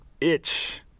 itch